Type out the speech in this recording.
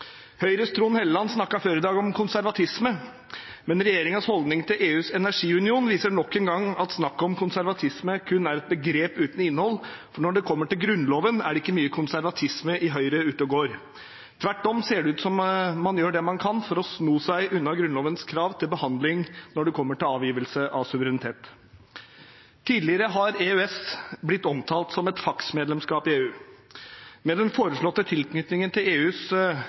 Høyres Trond Helleland snakket før i dag om konservatisme, men regjeringens holdning til EUs energiunion viser nok en gang at snakket om konservatisme kun er et begrep uten innhold, for når det kommer til Grunnloven, er det ikke mye konservatisme ute og går i Høyre. Tvert om ser det ut til at man gjør det man kan for å sno seg unna Grunnlovens krav til behandling når det kommer til avgivelse av suverenitet. Tidligere har EØS blitt omtalt som et faksmedlemskap i EU. Med den foreslåtte tilknytningen til EUs